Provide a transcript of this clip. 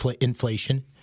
inflation